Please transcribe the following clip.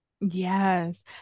Yes